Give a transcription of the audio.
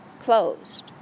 closed